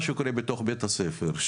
אותו תלמיד שרוצה להגיע לבית הספר ורוצה